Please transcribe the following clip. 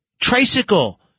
tricycle